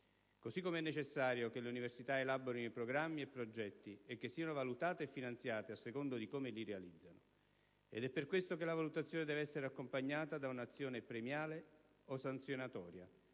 Così come è necessario che le università elaborino programmi e progetti e che siano valutate e finanziate a seconda di come li realizzano. Ed è per questo che la valutazione deve essere accompagnata da un'azione premiale o sanzionatoria,